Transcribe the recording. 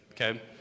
okay